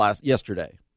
yesterday